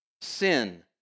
sin